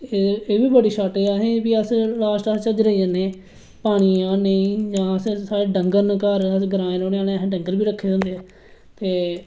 ऐ बी बड़ी शार्टेज ऐ असेंगी फ्ही लास्ट अस झझरे गी जन्ने पानी गी इन्ने साढे डंगर ना घर अस घरा रौह्ने आहले असें डंगर बी रक्खे दे होंदे ते